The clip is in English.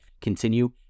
continue